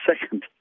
second